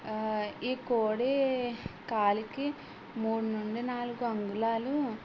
ఈ కోడీ కాలికి మూడు నుండి నాలుగు అంగుళాలు